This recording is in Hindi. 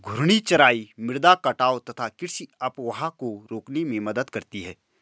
घूर्णी चराई मृदा कटाव तथा कृषि अपवाह को रोकने में मदद करती है